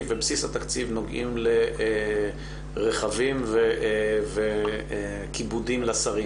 ובסיס התקציב נוגעים לרכבים וכיבודים לשרים,